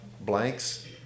blanks